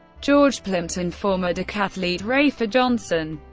george plimpton, former decathlete rafer johnson,